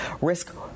risk